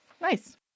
Nice